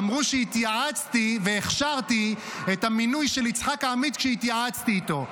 אמרו שהכשרתי את המינוי של יצחק עמית כשהתייעצתי איתו.